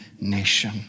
nation